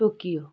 Tokyo